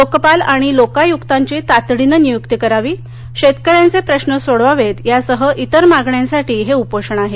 लोकपाल आणि लोकाय्क्तांची तातडीनं निय्क्ती करावी शेतकऱ्यांचे प्रश्न सोडवावेत यासह इतर मागण्यांसाठी हे उपोषण आहे